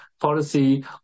policy